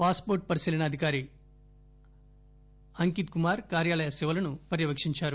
pass port పరిశీలన అధికారి అంకిత్ కుమార్ కార్యాలయ సేవలను పర్యపేక్షించారు